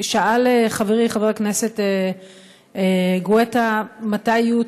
שאל חברי חבר הכנסת גואטה מתי יהיו